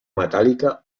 metàl·lica